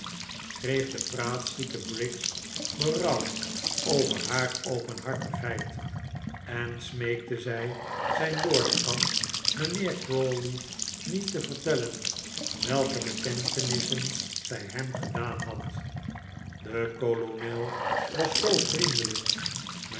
kreeg de praatzieke briggs berouw over haar openhartigheid en smeekte zij zijn lordschap mijnheer crawley niet te vertellen welke bekentenissen zij hem gedaan had de kolonel was zoo vriendelijk